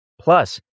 Plus